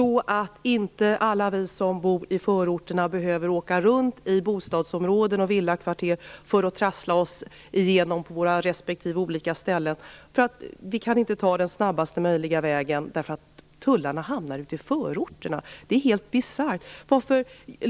Då behöver inte alla vi som bor i förorterna åka runt i bostadsområden och villakvarter för att trassla oss igenom på olika ställen eftersom vi inte kan ta den snabbast möjliga vägen för att tullarna hamnar ute förorterna. Det är helt bisarrt.